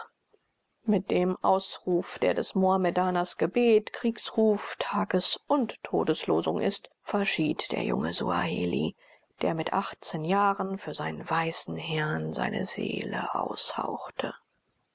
mit dem ausruf der des mohammedaners gebet kriegsruf tages und todeslosung ist verschied der junge suaheli der mit achtzehn jahren für seinen weißen herrn seine seele aushauchte